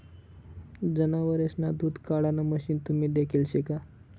जनावरेसना दूध काढाण मशीन तुम्ही देखेल शे का?